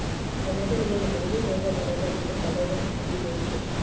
ಬೆಳೆಗಳಿಗೆ ಯಾವುದೇ ರೋಗ ಬರದಂತೆ ತಡೆಗಟ್ಟುವುದು ಹೇಗೆ?